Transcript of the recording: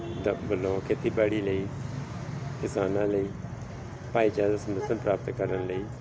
ਦਾ ਵੱਲੋਂ ਖੇਤੀਬਾੜੀ ਲਈ ਕਿਸਾਨਾਂ ਲਈ ਭਾਈਚਾਰਕ ਸਮਰਥਨ ਪ੍ਰਾਪਤ ਕਰਨ ਲਈ